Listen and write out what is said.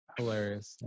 Hilarious